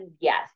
yes